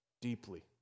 deeply